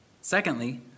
Secondly